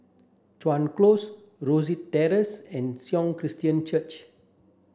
Chuan Close Rosyth Terrace and Sion Christian Church